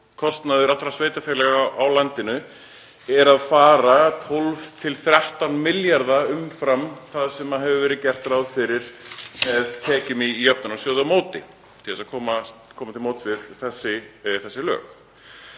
kostnaður allra sveitarfélaga á landinu er að fara 12–13 milljarða umfram það sem hefur verið gert ráð fyrir með tekjum í jöfnunarsjóði á móti, til að koma til móts við þessi lög.